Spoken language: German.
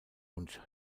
und